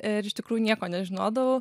ir iš tikrųjų nieko nežinodavau